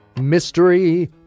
Mystery